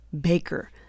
Baker